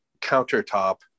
countertop